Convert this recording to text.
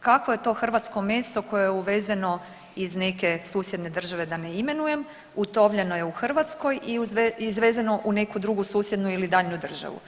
kakvo je to hrvatsko meso koje je uvezeno iz neke susjedne države da ne imenujem, utovljeno je u Hrvatskoj i izvezeno u neku drugu susjednu ili daljnju državu.